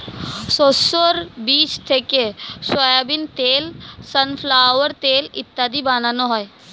শস্যের বীজ থেকে সোয়াবিন তেল, সানফ্লাওয়ার তেল ইত্যাদি বানানো হয়